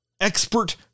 expert